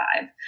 five